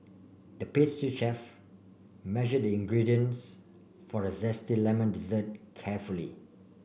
the pastry chef measured the ingredients for a zesty lemon dessert carefully